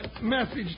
message